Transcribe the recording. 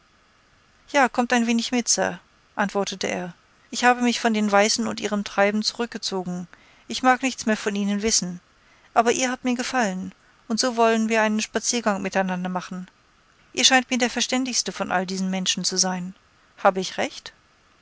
ja kommt ein wenig mit sir antwortete er ich habe mich von den weißen und ihrem treiben zurückgezogen ich mag nichts mehr von ihnen wissen aber ihr habt mir gefallen und so wollen wir einen spaziergang miteinander machen ihr scheint mir der verständigste von allen diesen menschen zu sein habe ich recht